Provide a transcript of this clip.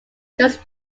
just